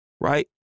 right